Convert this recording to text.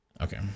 Okay